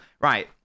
right